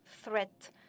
threat